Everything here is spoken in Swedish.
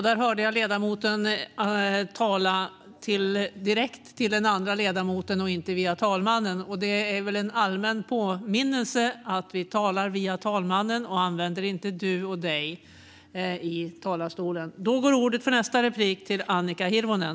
Där hörde jag ledamoten tala direkt till den andra ledamoten och inte via talmannen. Det är en allmän påminnelse att vi talar via talmannen och inte använder du och dig i talarstolen.